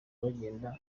bagenda